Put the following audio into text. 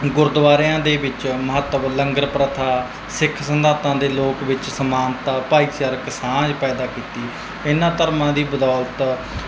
ਗੁਰਦੁਆਰਿਆਂ ਦੇ ਵਿੱਚ ਮਹੱਤਵ ਲੰਗਰ ਪ੍ਰਥਾ ਸਿੱਖ ਸਿਧਾਂਤਾਂ ਦੇ ਲੋਕ ਵਿੱਚ ਸਮਾਨਤਾ ਭਾਈਚਾਰਕ ਸਾਂਝ ਪੈਦਾ ਕੀਤੀ ਇਹਨਾਂ ਧਰਮਾਂ ਦੀ ਬਦੌਲਤ